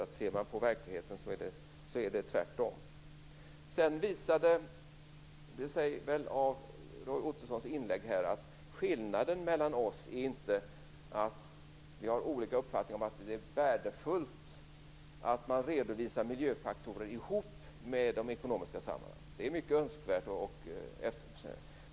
Ser man på verkligheten, så är det tvärtom. Sedan visade det sig väl i Roy Ottossons inlägg att skillnaden mellan oss inte är att vi har olika uppfattningar om huruvida det är värdefullt att man redovisar miljöfaktorer ihop med de ekonomiska sammanhangen. Det är mycket önskvärt och eftersträvansvärt.